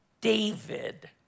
David